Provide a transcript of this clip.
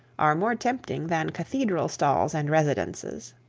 are more tempting than cathedral stalls and residences!